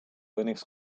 linux